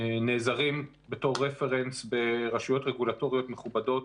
אנחנו נעזרים בתור רפרנס ברשויות רגולטוריות מכובדות